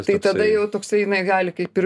tai tada jau toksai jinai gali kaip ir